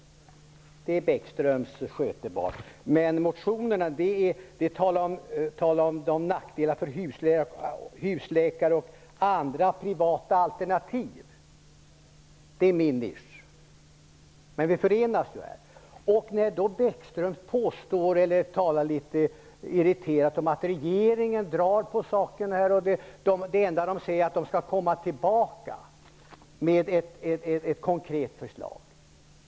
Kommunsektorn är Bäckströms skötebarn, men i motionerna tar man upp nackdelar för husläkare och andra privata alternativ, och det är min nisch, men på en punkt förenas vi alltså. Bäckström talar litet irriterat om att regeringen drar ut på saken. Det enda den säger är att den skall komma tillbaka med ett konkret förslag.